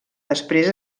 després